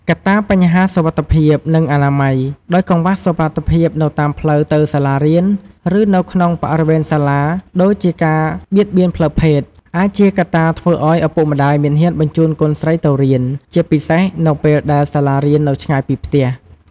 កត្តាបញ្ហាសុវត្ថិភាព និងអនាម័យ ដោយកង្វះសុវត្ថិភាពនៅតាមផ្លូវទៅសាលារៀន ឬនៅក្នុងបរិវេណសាលា (ដូចជាការបៀតបៀនផ្លូវភេទ) អាចជាកត្តាធ្វើឲ្យឪពុកម្តាយមិនហ៊ានបញ្ជូនកូនស្រីទៅរៀន ជាពិសេសនៅពេលដែលសាលារៀននៅឆ្ងាយពីផ្ទះ។